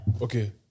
Okay